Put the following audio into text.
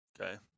Okay